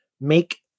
make